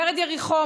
ורד יריחו,